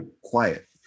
quiet